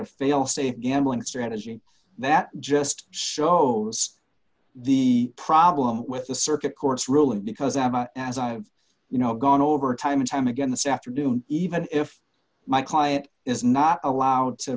a failsafe gambling strategy that just shows the problem with the circuit courts rule and because i am a as i have you know gone over time and time again this afternoon even if my client is not allowed to